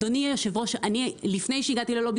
אדוני יושב הראש לפני שהגעתי ללובי